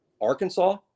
Arkansas